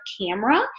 camera